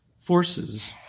forces